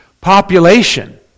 population